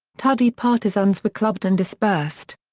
tudeh partisans were clubbed and dispersed.